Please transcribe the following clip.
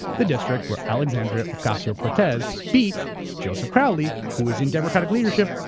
the district where alexandria ocasio-cortez beat joseph crowley, who is in democratic leadership,